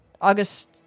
August